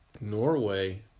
Norway